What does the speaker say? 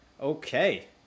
Okay